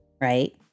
right